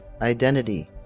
identity